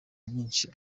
myinshi